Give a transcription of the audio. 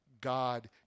God